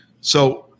So-